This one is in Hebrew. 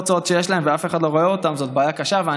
מענק השתתפות בהוצאות קבועות לעסקים קטנים